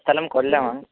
സ്ഥലം കൊല്ലമാണ്